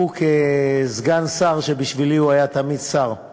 הוא כסגן שר, שבשבילי הוא תמיד היה שר, שר